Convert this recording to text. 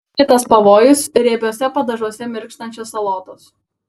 kitas pavojus riebiuose padažuose mirkstančios salotos